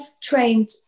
trained